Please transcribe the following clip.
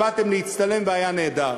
ובאתם להצטלם והיה נהדר.